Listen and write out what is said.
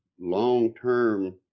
long-term